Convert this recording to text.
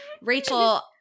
Rachel